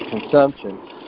consumption